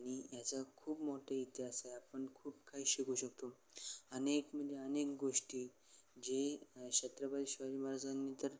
आणि याचा खूप मोठा इतिहास आहे आपण खूप काही शिकू शकतो अनेक म्हणजे अनेक गोष्टी जे छत्रपती शिवाजी महाराजांनी तर